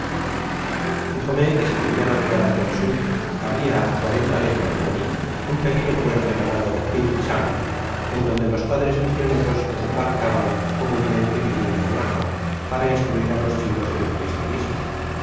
djjame que si queria navegar hacia el sud ha bia icuarenta leguas de alli un pequeño puerto llamado quinobang en donde los padres misioneros desembarcaban comúnmente viniendo de macao para instruir á los chinos en el cristianismo y